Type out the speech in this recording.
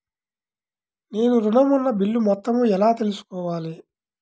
నేను ఋణం ఉన్న బిల్లు మొత్తం ఎలా తెలుసుకోవాలి?